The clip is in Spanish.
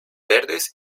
verdes